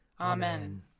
Amen